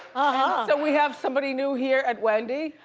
ah so we have somebody new here at wendy,